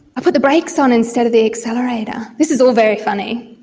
i put the brakes on instead of the accelerator. this is all very funny.